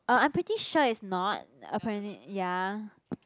uh I'm pretty sure it's not apparently ya